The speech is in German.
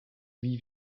wie